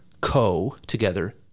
co-together